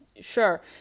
sure